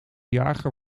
jager